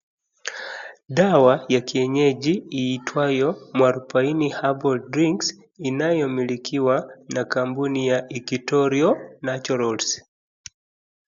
Dawa ya kienyeji iitwayo Muarubaini Herbal Drinks inayomilikiwa na kampuni ya Equtorial Naturals.